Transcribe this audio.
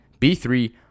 B3